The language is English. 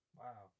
wow